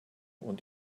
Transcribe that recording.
und